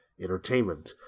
entertainment